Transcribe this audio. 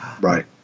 Right